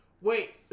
wait